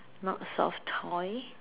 not soft toy